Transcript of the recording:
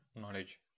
knowledge